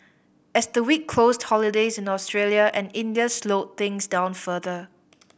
as the week closed holidays in Australia and India slowed things down further